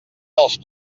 dels